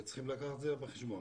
וצריכים לקחת את זה בחשבון,